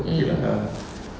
mm